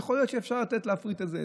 יכול להיות שאפשר להפריט את זה,